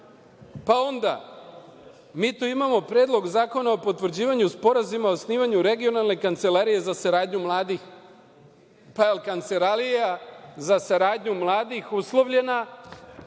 kaže? Dalje, mi imamo Predlog zakona o potvrđivanju Sporazuma o osnivanju regionalne kancelarije za saradnju mladih. Pa, jel kancelarija za saradnju mladih uslovljena